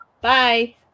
Bye